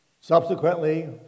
Subsequently